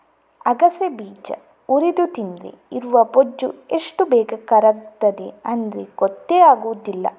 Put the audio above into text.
ಅಗಸೆ ಬೀಜ ಹುರಿದು ತಿಂದ್ರೆ ಇರುವ ಬೊಜ್ಜು ಎಷ್ಟು ಬೇಗ ಕರಗ್ತದೆ ಅಂದ್ರೆ ಗೊತ್ತೇ ಆಗುದಿಲ್ಲ